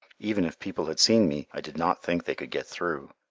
even if people had seen me, i did not think they could get through,